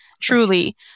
truly